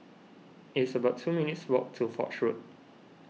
it's about two minutes' walk to Foch Road